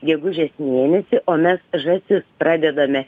gegužės mėnesį o mes žąsis pradedame